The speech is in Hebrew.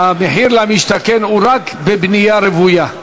המחיר למשתכן הוא רק בבנייה רוויה.